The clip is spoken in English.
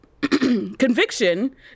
Conviction